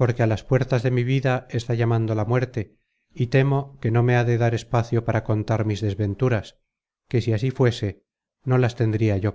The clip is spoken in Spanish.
porque á las puertas de mi vida está llamando la muerte y temo que no me ha de dar espacio para contar mis desventuras que si así fuese no las tendria yo